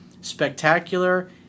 spectacular